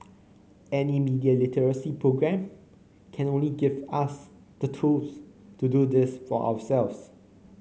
any media literacy programme can only give us the tools to do this for ourselves